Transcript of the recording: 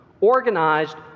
organized